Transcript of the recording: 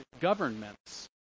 governments